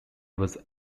was